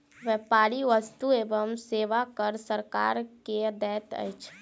व्यापारी वस्तु एवं सेवा कर सरकार के दैत अछि